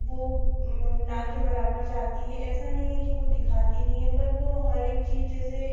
वह न के बराबर जाती है ऐसा नई है कि वह दिखाती नहीं है पर वह हर एक चीज़ जैसे